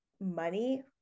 money